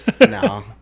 No